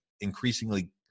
increasingly